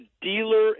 Dealer